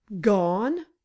gone